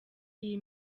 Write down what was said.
iyi